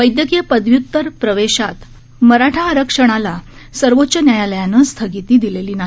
वैद्यकीय पदव्य्तर प्रवेशात मराठा आरक्षणाला सर्वोच्च न्यायालयानं स्थगिती दिलेली नाही